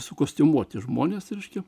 su kostiumuoti žmonės reiškia